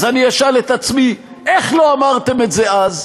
אז אני אשאל את עצמי: איך לא אמרתם את זה אז?